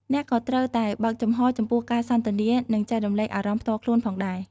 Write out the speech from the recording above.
អ្នកក៏ត្រូវតែបើកចំហរចំពោះការសន្ទនានិងចែករំលែកអារម្មណ៍ផ្ទាល់ខ្លួនផងដែរ។